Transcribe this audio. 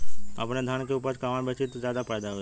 हम अपने धान के उपज कहवा बेंचि त ज्यादा फैदा होई?